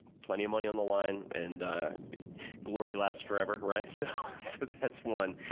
plenty of money on the line, and glory lasts forever, right? so that's one.